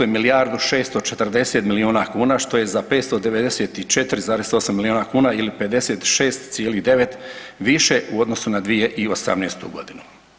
Milijardu i 640 milijuna kuna što je za 594,8 milijuna kuna ili 56,9 više u odnosu na 2018. godinu.